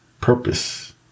Purpose